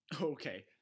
Okay